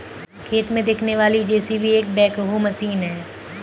खेत में दिखने वाली जे.सी.बी एक बैकहो मशीन है